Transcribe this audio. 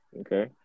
Okay